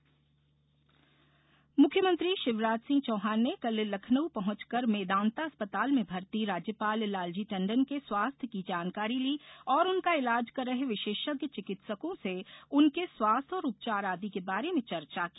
CM राज्यपाल मुख्यमंत्री शिवराज सिंह चौहान ने कल लखनऊ पहँचकर मेदांता अस्पताल में भर्ती राज्यपाल लालजी टंडन के स्वास्थ्य की जानकारी ली और उनका इलाज कर रहे विशेषज्ञ चिकित्सकों से उनके स्वास्थ्य और उपचार आदि के बारे में चर्चा की